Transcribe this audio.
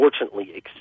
unfortunately